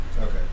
Okay